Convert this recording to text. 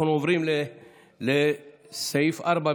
אנחנו עוברים לסעיף 4 בסדר-היום,